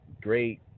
great